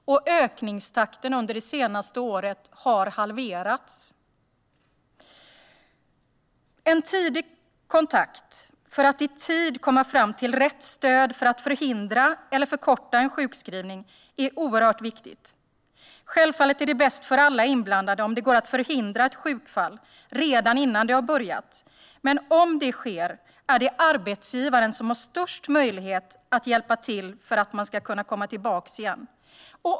Ökningstakten har halverats under det senaste året. En tidig kontakt, för att i tid komma fram till rätt stöd för att förhindra eller förkorta en sjukskrivning, är oerhört viktig. Självfallet är det bäst för alla inblandade om det går att förhindra ett sjukfall redan innan det har börjat, men om man blir sjuk är det arbetsgivaren som har störst möjlighet att hjälpa till för att man ska kunna komma tillbaka igen.